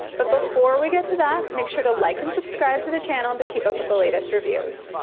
but before we get to that, make sure to like and subscribe to the channel to keep up with the latest reviews.